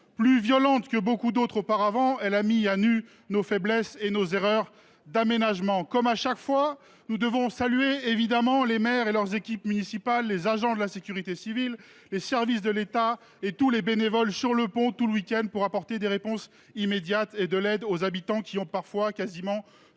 Plus violente que beaucoup d’autres auparavant, elle a mis à nu nos faiblesses et nos erreurs d’aménagement. Comme chaque fois, nous devons saluer les maires et leurs équipes municipales, les agents de la sécurité civile, les services de l’État et les nombreux bénévoles présents sur le pont tout le week end : ils ont apporté des réponses immédiates et de l’aide à des habitants dont certains ont